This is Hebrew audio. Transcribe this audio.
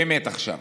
באמת עכשיו,